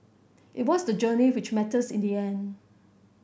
it was the journey which matters in the end